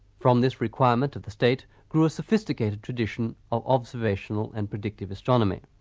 from this requirement of the state grew a sophisticated tradition of observational and predictive astronomy.